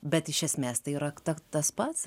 bet iš esmės tai yra kta tas pats